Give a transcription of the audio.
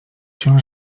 się